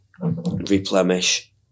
replenish